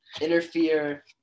interfere